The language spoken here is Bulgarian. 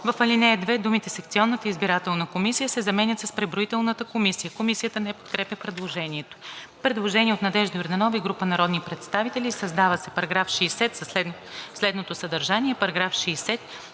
В ал. 2 думите „секционната избирателна комисия“ се заменят с „преброителната комисия“.“ Комисията не подкрепя предложението. Предложение от Надежда Йорданова и група народни представители: „Създава се § 60 със следното съдържание: